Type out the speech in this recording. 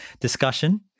discussion